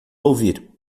ouvir